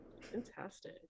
Fantastic